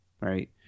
Right